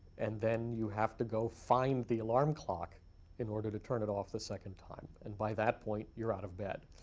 and then you have to go find the alarm clock in order to turn it off the second time. and by that point, you're out of bed.